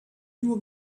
nur